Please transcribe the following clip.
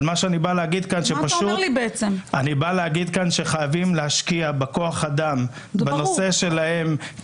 אבל מה שאני בא להגיד כאן שחייבים להשקיע בכוח האדם ובנושא שלהם,